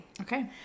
Okay